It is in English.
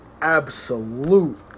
absolute